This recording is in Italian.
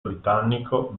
britannico